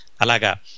Alaga